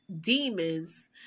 demons